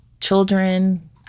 children